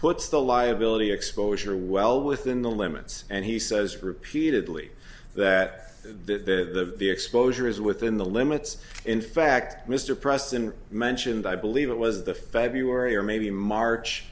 puts the liability exposure well within the limits and he says repeatedly that the exposure is within the limits in fact mr preston mentioned i believe it was the february or maybe